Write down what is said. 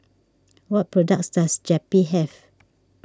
what products does Zappy have